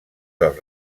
dels